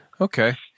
Okay